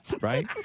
right